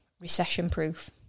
recession-proof